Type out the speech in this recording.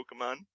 Pokemon